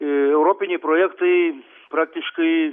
europiniai projektai praktiškai